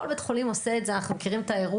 כל בית חולים עושה את זה, אנחנו מכירים את האירוע.